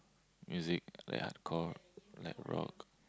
music like hardcore like rock